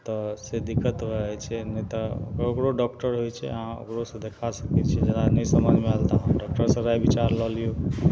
तऽ से दिक्कत होइ जाइ छै नहि तऽ ओकरो डॉक्टर होइ छै अहाँ ओकरोसँ देखा सकय छियै जादा नहि समझमे आयल तऽ अहाँ डॉक्टरसँ राय विचार लए लियौ